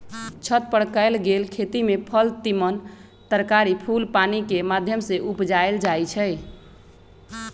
छत पर कएल गेल खेती में फल तिमण तरकारी फूल पानिकेँ माध्यम से उपजायल जाइ छइ